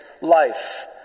life